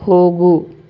ಹೋಗು